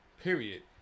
Period